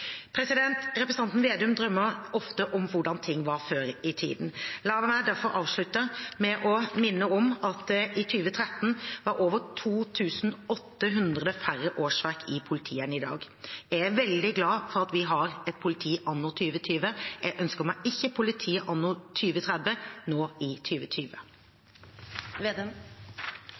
Representanten Slagsvold Vedum drømmer ofte om hvordan ting var før i tiden. La meg derfor avslutte med å minne om at det i 2013 var over 2 800 færre årsverk i politiet enn i dag. Jeg er veldig glad for at vi har et politi anno 2020. Jeg ønsker meg ikke et politi anno 2030 nå i